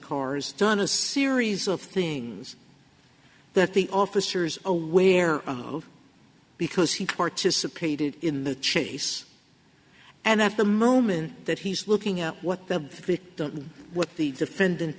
cars done a series of things that the officers aware of because he participated in the chase and at the moment that he's looking up what the victim what the defendant